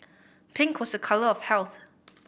pink was a colour of health